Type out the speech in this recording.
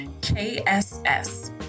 KSS